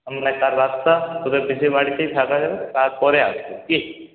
হ্যাঁ আর কাল রাতটা তোদের পিসি বাড়িতেই থাকা যাবে তারপরে আসবো কি